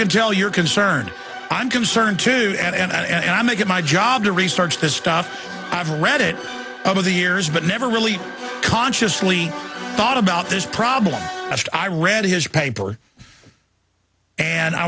can tell you're concerned i'm concerned too and i make it my job to research this stuff i've read it over the years but never really consciously thought about this problem after i read his paper and i